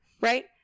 right